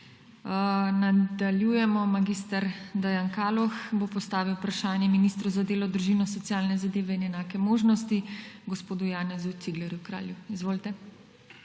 Nadaljujemo. Mag. Dejan Kaloh bo postavil vprašanje ministru za delo, družino, socialne zadeve in enake možnosti gospodu Janezu Ciglerju Kralju. Izvolite.